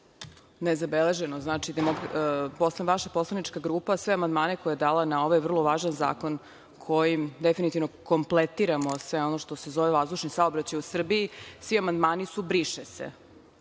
nezabeleženo. Vaša poslanička grupa sve amandmane koje je dala na ovaj vrlo važan zakon kojim definitivno kompletiramo sve ono što se zove vazdušni saobraćaj u Srbiji, svi amandmani su „briše se“.